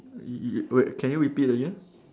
y~ wait can you repeat again